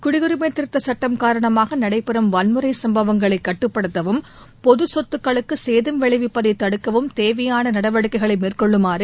குடியுரிமை திருத்த சுட்டம் காரணமாக நடைபெறும் வன்முறைச் சம்பவங்களைக் கட்டுபடுத்தவும் பொது சொத்துக்களுக்கு சேதம் விளைவிப்பதை தடுக்கவும் தேவையான நடவடிக்கைகளை மேற்கொள்ளுமாறு